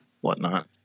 whatnot